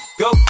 go